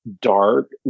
dark